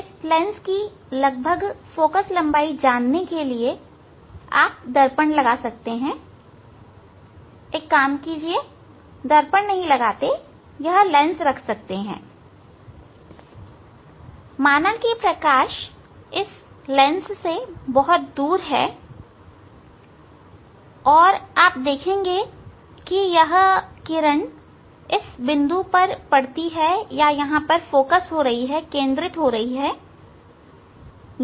इस लेंस की लगभग फोकल लंबाई जानने के लिए हैं आप दर्पण लगा सकते हैं दर्पण नहीं यह लेंस रख सकते हैं माना कि प्रकाश इस लेंस से बहुत दूर है और तब आप देखेंगे कि यह किरण इस बिंदु पर केंद्रित होती है या पड़ती है